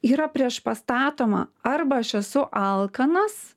yra priešpastatoma arba aš esu alkanas